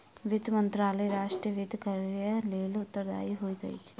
वित्त मंत्रालय राष्ट्र वित्त कार्यक लेल उत्तरदायी होइत अछि